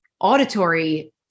auditory